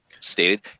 stated